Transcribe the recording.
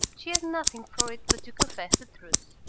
she had nothing for it but to confess the truth.